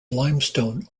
limestone